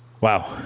Wow